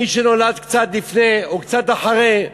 מי שנולד קצת לפני או קצת אחרי,